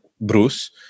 Bruce